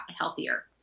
healthier